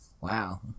wow